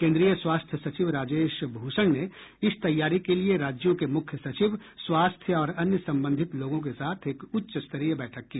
केंद्रीय स्वास्थ्य सचिव राजेश भूषण ने इस तैयारी के लिए राज्यों के मुख्य सचिव स्वास्थ्य और अन्य संबंधित लोगों के साथ एक उच्च स्तरीय बैठक की